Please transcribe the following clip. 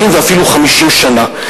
40 ואפילו 50 שנה,